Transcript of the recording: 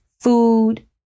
food